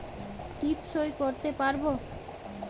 টিপ সই করতে পারবো?